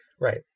Right